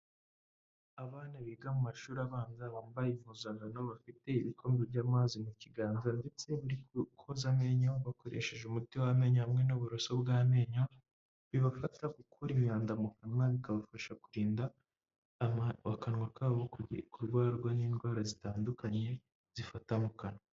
Abana biga mu mashuri abanza, bambaye impuzankano, bafite ibikombe ry'amazi mu kiganza, ndetse bari koza amenyo bakoresheje umuti w'amenyo hamwe n'uburoso bw'amenyo, bibafasha gukura imyanda mu kanwa, bikabafasha kurinda akanwa kabo kugira kurwarwa n'indwara zitandukanye zifata mu kanwa.